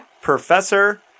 Professor